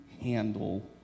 handle